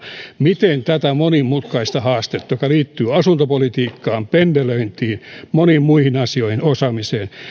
miten tätä monimutkaista haastetta joka liittyy asuntopolitiikkaan pendelöintiin moniin muihin asioihin osaamiseen